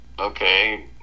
Okay